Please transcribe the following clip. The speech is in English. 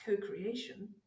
co-creation